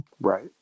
Right